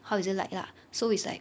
how is it like lah so it's like